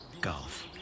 golf